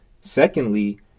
Secondly